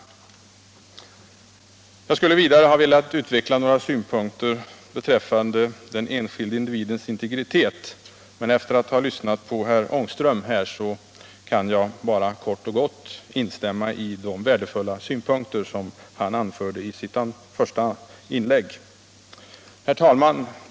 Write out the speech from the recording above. Jag skulle vidare ha velat utveckla några synpunkter beträffande den enskilde individens integritet, men efter att ha lyssnat på herr Ångström kan jag kort och gott instämma i de värdefulla synpunkter som han anförde i sitt första inlägg. Herr talman!